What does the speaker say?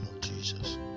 Jesus